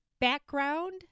background